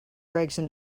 gregson